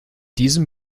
diesem